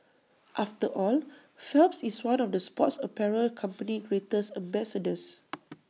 after all Phelps is one of the sports apparel company's greatest ambassadors